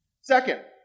Second